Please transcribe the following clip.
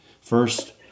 first